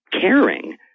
caring